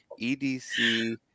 EDC